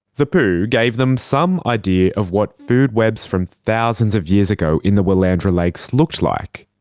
the poo gave them some idea of what food webs from thousands of years ago in the willandra lakes looked like.